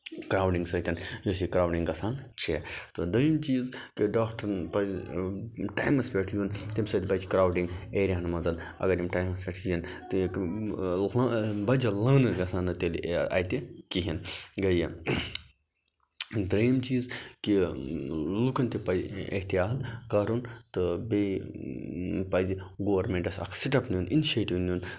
crowding سۭتۍ یُس یہِ کرٛاوڈِنٛگ گژھان چھِ تہٕ دوٚیِم چیٖز کہِ ڈاکٹَرن پَزِ ٹایمَس پٮ۪ٹھ یُن تَمہِ سۭتۍ بَچہِ کرٛاوڈِنٛگ ایرِیاہَن منٛز اَگر یِم ٹایِمَس پٮ۪ٹھ یِن تہٕ یہِ بَجہِ لٲنہٕ گژھَن نہٕ تیٚلہِ یہِ اَتہِ کِہیٖنۍ گٔے یہِ دوٚیِم چیٖز کہِ لُکَن تہِ پَزِ احتیاط کَرُن تہٕ بیٚیہِ پَزِ گورمٮ۪نٛٹَس اَکھ سِٹٮ۪پ نیُن اِنشیٹِو نیُن